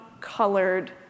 colored